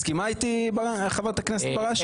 מסכימה איתי, חברת הכנסת בראשי?